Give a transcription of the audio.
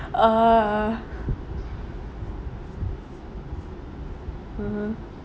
uh (uh huh)